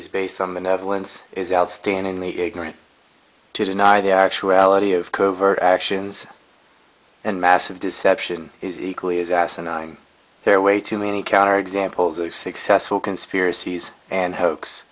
is based on the netherlands is outstandingly ignorant to deny the actuality of covert actions and massive deception is equally as asinine there are way too many counter examples of successful conspiracies and hoax